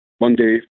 Monday